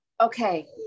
Okay